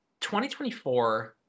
2024